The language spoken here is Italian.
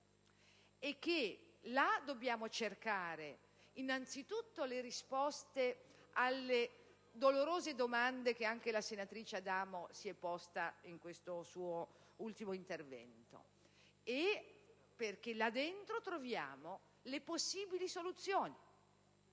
e che là dobbiamo cercare innanzitutto le risposte alle dolorose domande che anche la senatrice Adamo si è posta nel suo ultimo intervento, perché là troviamo le possibili soluzioni.